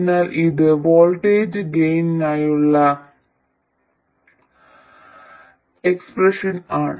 അതിനാൽ ഇത് വോൾട്ടേജ് ഗെയിനിനായുള്ള എക്സ്പ്രഷൻ ആണ്